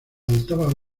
faltaba